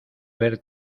ver